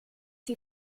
die